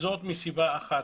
זה מסיבה אחת.